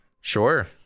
sure